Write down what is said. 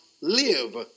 live